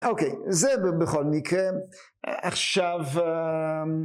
אוקיי, זה בכל מקרה. עכשיו...